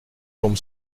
tombe